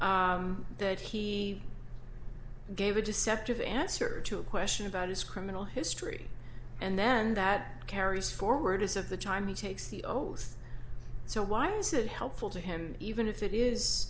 that he gave a deceptive answer to a question about his criminal history and then that carries forward as of the time he takes the oath so why is it helpful to him even if it